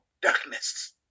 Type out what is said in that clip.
darkness